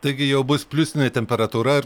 taigi jau bus pliusinė temperatūra